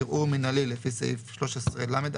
ערעור מינהלי לפי סעיף 13לא,